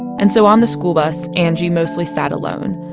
and so on the school bus, angie mostly sat alone,